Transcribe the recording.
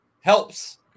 helps